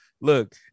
Look